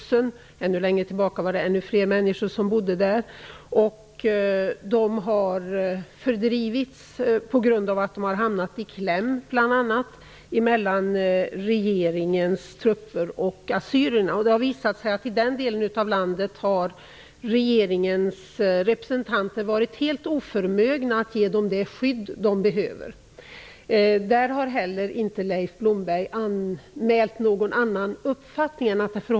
För mycket länge sedan var det förstås ännu fler som bodde där. De har nu fördrivits bl.a. eftersom de har kommit i kläm mellan regeringens trupper och assyrierna. Det har visat sig att i den delen av landet har regeringens representanter varit helt oförmögna att ge dessa människor det skydd de behöver. Leif Blomberg har inte heller angett någon annan uppfattning om den saken.